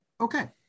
okay